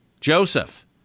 Joseph